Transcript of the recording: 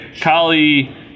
Kali